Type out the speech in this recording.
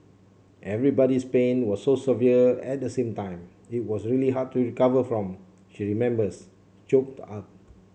everybody's pain was so severe at the same time it was really hard to recover from she remembers choked up